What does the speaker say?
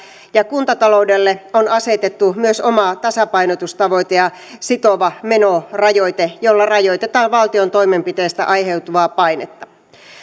ja kuntataloudelle on asetettu myös oma tasapainotustavoite ja sitova menorajoite jolla rajoitetaan valtion toimenpiteistä aiheutuvaa painetta